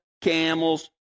camels